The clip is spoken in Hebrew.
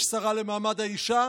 יש שרה למעמד האישה,